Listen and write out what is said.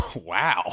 Wow